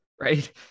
Right